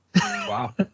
Wow